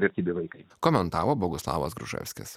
tokie dalykai komentavo boguslavas gruževskis